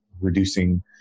reducing